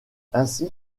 ainsi